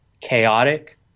chaotic